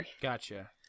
Gotcha